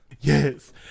yes